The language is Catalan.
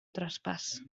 traspàs